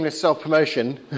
self-promotion